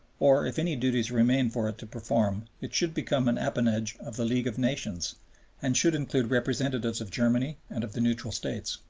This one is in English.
or, if any duties remain for it to perform, it should become an appanage of the league of nations and should include representatives of germany and of the neutral states.